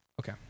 Okay